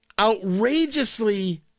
Outrageously